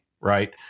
right